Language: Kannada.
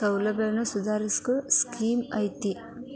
ಸೌಲಭ್ಯನ ಸುಧಾರಸೋ ಸ್ಕೇಮ್ ಐತಿ